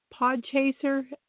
Podchaser